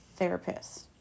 therapists